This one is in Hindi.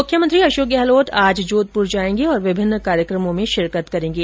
मुख्यमंत्री अशोक गहलोत आज जोधपुर जाएंगे और विभिन्न कार्यक्रमों में शिरकत करेंगे